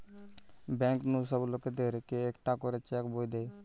bank নু সব লোকদের কে একটা করে চেক বই দে